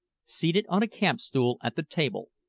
seated on a camp-stool at the table,